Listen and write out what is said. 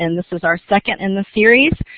and this is our second in the series.